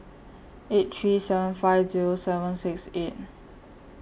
eight three seven five Zero seven six eight